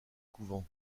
couvent